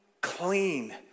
clean